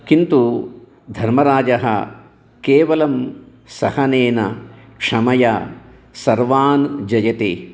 किन्तु धर्मराजः केवलं सहनेन क्षमया सर्वान् जयति